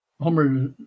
Homer